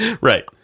right